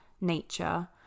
nature